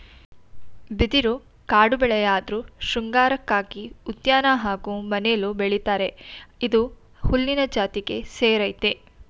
ಬಿದಿರು ಕಾಡುಬೆಳೆಯಾಧ್ರು ಶೃಂಗಾರಕ್ಕಾಗಿ ಉದ್ಯಾನ ಹಾಗೂ ಮನೆಲೂ ಬೆಳಿತರೆ ಇದು ಹುಲ್ಲಿನ ಜಾತಿಗೆ ಸೇರಯ್ತೆ